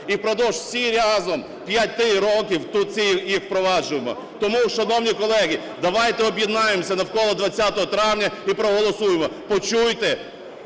і впродовж усіх разом 5 років тут всі їх впроваджуємо. Тому, шановні колеги, давайте об'єднаємося навколо 20 травня і проголосуємо. Почуйте